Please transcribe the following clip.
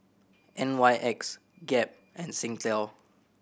N Y X Gap and Singtel